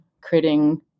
creating